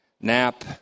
nap